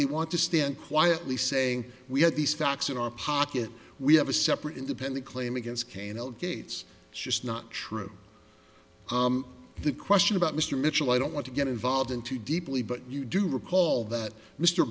they want to stand quietly saying we had these facts in our pocket we have a separate independent claim against cain delegates just not true the question about mr mitchell i don't want to get involved in too deeply but you do recall that mr